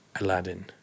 Aladdin